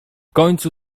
końcu